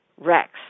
Rex